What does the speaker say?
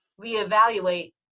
reevaluate